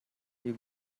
you